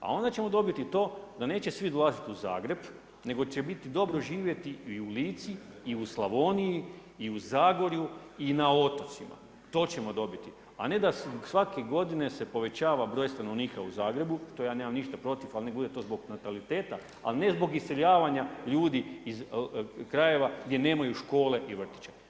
A onda ćemo dobiti to da neće svi dolaziti u Zagreb nego će biti dobro živjeti i u Lici i u Slavoniji i u Zagorju i na otocima, to ćemo dobiti, a ne da svake godine se povećava broj stanovnika u Zagrebu, što ja nemam ništa protiv ali neka bude to zbog nataliteta, ali ne zbog iseljavanja ljudi iz krajeva gdje nemaju škole i vrtiće.